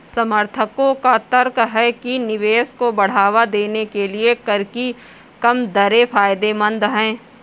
समर्थकों का तर्क है कि निवेश को बढ़ावा देने के लिए कर की कम दरें फायदेमंद हैं